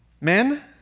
Men